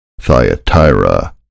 Thyatira